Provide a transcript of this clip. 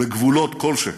בגבולות כלשהם.